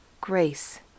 Grace